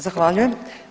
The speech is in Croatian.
Zahvaljujem.